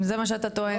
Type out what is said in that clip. איומים, זה מה שאתה אומר?